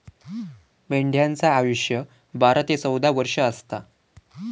मेंढ्यांचा आयुष्य बारा ते चौदा वर्ष असता